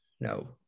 no